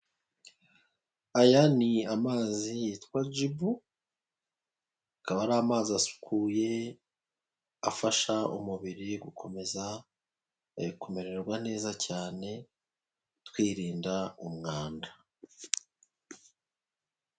Aya ni amazi yitwa Jibu, akaba ari amazi asukuye, afasha umubiri gukomeza kumererwa neza cyane, twirinda umwanda.